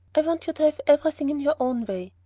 i want you to have everything in your own way.